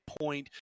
point